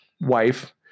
wife